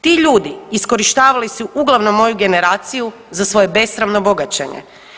Ti ljudi iskorištavali su uglavnom moju generaciju za svoje besramno bogaćenje.